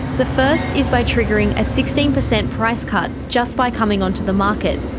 the first is by triggering a sixteen percent price cut just by coming onto the market,